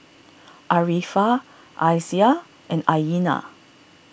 Arifa Aisyah and Aina